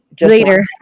Later